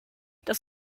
das